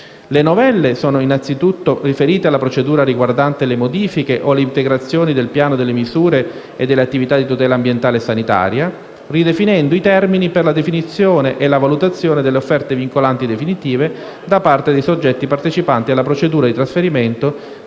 Le novelle sono innanzitutto riferite alla procedura riguardante le modifiche o le integrazioni del piano delle misure e delle attività di tutela ambientale e sanitaria, stabilendo nuovi termini per la definizione e la valutazione delle offerte vincolanti definitive da parte dei soggetti partecipanti alla procedura di trasferimento